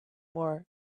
more